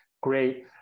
great